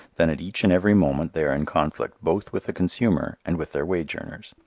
then at each and every moment they are in conflict both with the consumer and with their wage earners.